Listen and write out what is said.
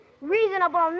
Reasonable